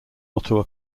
ottawa